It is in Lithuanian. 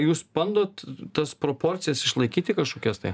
jūs bandot tas proporcijas išlaikyti kažkokias tai